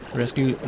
rescue